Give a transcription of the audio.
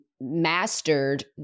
mastered